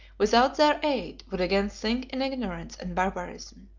without their aid, would again sink in ignorance and barbarism.